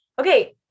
okay